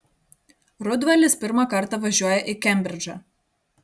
rudvalis pirmą kartą važiuoja į kembridžą